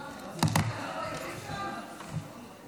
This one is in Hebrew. אנחנו רוצים שיתעללו בילדים שלנו?